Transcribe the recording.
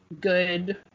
good